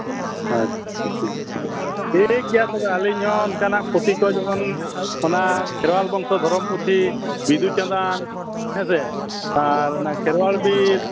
ᱟᱪᱪᱷᱟ ᱴᱷᱤᱠ ᱴᱷᱤᱠ ᱴᱷᱤᱠ ᱜᱮᱭᱟ ᱛᱚᱵᱮ ᱟᱹᱞᱤᱧ ᱦᱚᱸ ᱚᱱᱠᱟᱱᱟᱜ ᱯᱩᱛᱷᱤ ᱠᱚ ᱡᱮᱢᱚᱱ ᱠᱷᱮᱨᱣᱟᱞ ᱵᱚᱝᱥᱚ ᱫᱷᱚᱨᱚᱢ ᱯᱩᱛᱷᱤ ᱵᱤᱸᱫᱩ ᱪᱟᱸᱫᱟᱱ ᱦᱮᱸ ᱥᱮ ᱟᱨ ᱠᱷᱮᱨᱣᱟᱞ ᱵᱤᱨ